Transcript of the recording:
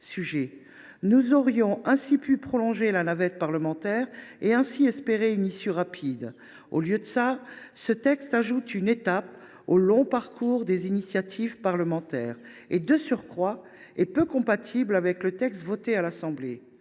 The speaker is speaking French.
sujet. Nous aurions ainsi pu prolonger la navette parlementaire et espérer une issue rapide, au lieu de quoi le présent texte ajoute une étape au long parcours des initiatives parlementaires et se révèle peu compatible, de surcroît, avec le texte voté à l’Assemblée